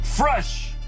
Fresh